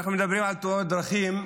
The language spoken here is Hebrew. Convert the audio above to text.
אנחנו מדברים על תאונות דרכים.